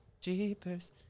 Jeepers